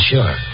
Sure